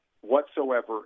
whatsoever